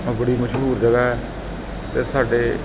ਉਹ ਬੜੀ ਮਸ਼ਹੂਰ ਜਗ੍ਹਾ ਅਤੇ ਸਾਡੇ